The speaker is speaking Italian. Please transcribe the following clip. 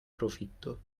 profitto